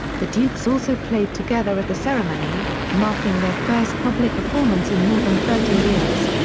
the dukes also played together at the ceremony, marking their first public performance in more than thirty years.